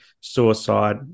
suicide